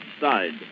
side